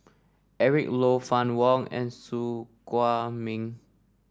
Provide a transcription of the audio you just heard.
Eric Low Fann Wong and Su Guaning